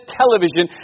television